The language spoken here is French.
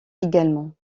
également